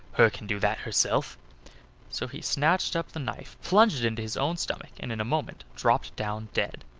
hur can do that hurself so he snatched up the knife, plunged it into his own stomach, and in a moment dropped down dead.